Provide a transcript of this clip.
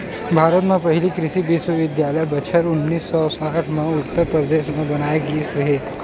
भारत म पहिली कृषि बिस्वबिद्यालय बछर उन्नीस सौ साठ म उत्तर परदेस म बनाए गिस हे